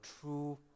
true